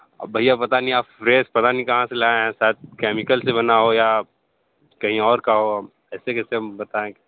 अब भैया पता नहीं आप फ्रेश पता नहीं कहाँ से लाए हैं शायद केमिकल से बना हो या कहीं और का हो ऐसे कैसे हम बताएं